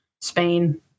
Spain